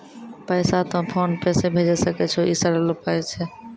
पैसा तोय फोन पे से भैजै सकै छौ? ई सरल उपाय छै?